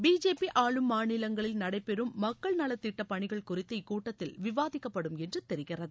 BJP ஆளும் மாநிலங்களில் நடைபெறும் மக்கள் நலத் திட்ட பணிகள் குறித்து இக்கூட்டத்தில் விவாதிக்கப்படும் என்று தெரிகிறது